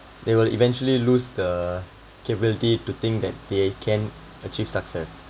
they will eventually lose the capability to think that they can achieve success